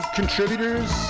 contributors